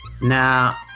Now